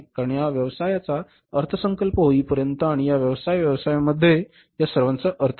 कारण या व्यवसायांचा अर्थसंकल्प होईपर्यंत आणि या व्यवसाय व्यवसायामध्ये या सर्वांचा अर्थ नाही